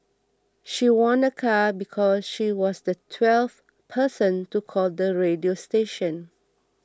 she won a car because she was the twelfth person to call the radio station